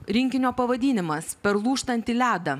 rinkinio pavadinimas per lūžtantį ledą